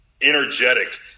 energetic